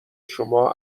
شما